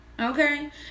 Okay